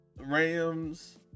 Rams